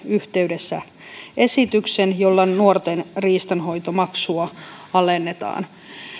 yhteydessä esityksen jolla nuorten riistanhoitomaksua alennetaan